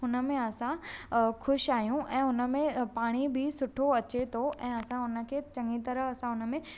हुनमें असां ख़ुशि आहियूं ऐं हुन में पाणी बि सुठो अचे थो ऐं असां हुन खे चङी तरह असां हुन में